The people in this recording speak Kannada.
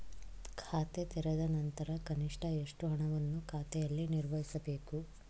ಖಾತೆ ತೆರೆದ ನಂತರ ಕನಿಷ್ಠ ಎಷ್ಟು ಹಣವನ್ನು ಖಾತೆಯಲ್ಲಿ ನಿರ್ವಹಿಸಬೇಕು?